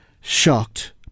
shocked